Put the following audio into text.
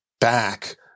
back